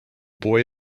boy